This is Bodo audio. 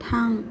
थां